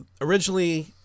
originally